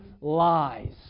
lies